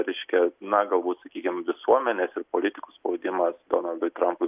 reiškia na galbūt sakykim visuomenės ir politikų spaudimas donaldui trampui